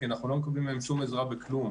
כי אנחנו לא מקבלים מהם שום עזרה בכלום.